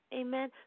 Amen